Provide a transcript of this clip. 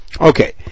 Okay